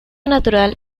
natural